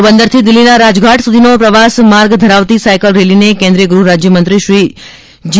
પોરબંદરથી દિલ્હીના રાજઘાટ સુધીનો પ્રવાસ માર્ગ ધરાવતી સાયકલ રેલીને કેન્દ્રીય ગૃહરાજ્યમંત્રી જી